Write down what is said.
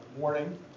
morning